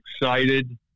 excited